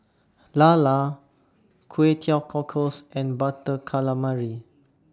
Lala Kway Teow Cockles and Butter Calamari